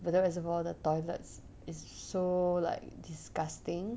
bedok reservoir the toilets is so like disgusting